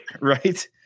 Right